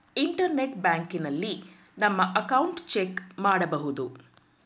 internet ಬ್ಯಾಂಕಿನಲ್ಲಿ ನಮ್ಮ account check ಮಾಡಬಹುದು